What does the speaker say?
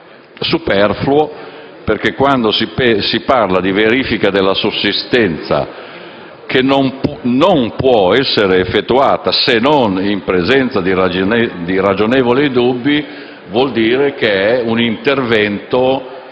superfluo perché, quando si prevede che la verifica della sussistenza «non può essere effettuata se non in presenza di ragionevoli dubbi», vuol dire che si tratta